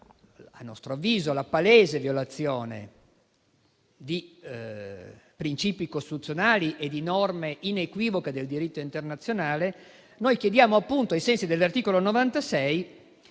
a nostro avviso, violazione di principi costituzionali e di norme inequivoche del diritto internazionale, chiediamo appunto, ai sensi dell'articolo 96,